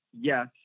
Yes